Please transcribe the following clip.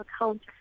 account